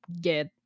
get